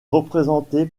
représenté